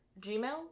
Gmail